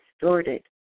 distorted